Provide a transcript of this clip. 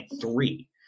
three